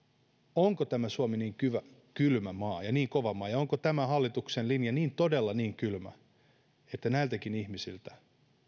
onko tämä suomi niin kylmä maa ja niin kova maa ja onko tämän hallituksen linja todella niin kylmä että näiltäkin ihmisiltä